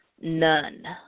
None